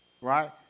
Right